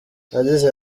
yagize